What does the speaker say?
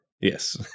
yes